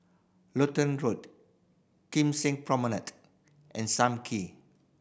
Lutheran Road Kim Seng Promenade and Sam Kee